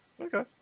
Okay